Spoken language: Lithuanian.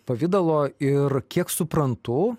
pavidalo ir kiek suprantu